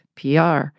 PR